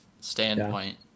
standpoint